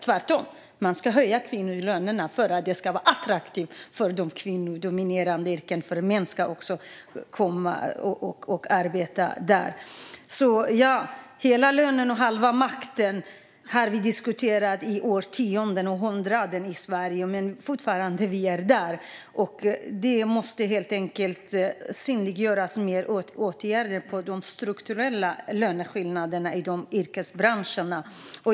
Tvärtom ska man höja kvinnors löner så att det blir attraktivt för män att komma och arbeta i kvinnodominerade yrken. Hela lönen och halva makten har vi diskuterat i årtionden och århundranden i Sverige, men vi är fortfarande inte där. Det måste till fler åtgärder för att synliggöra de strukturella löneskillnaderna i yrkesbranscherna.